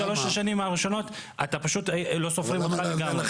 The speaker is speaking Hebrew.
בשלוש השנים הראשונות פשוט לא סופרים אותך לגמרי.